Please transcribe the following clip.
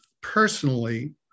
personally